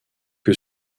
que